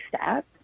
step